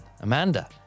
Amanda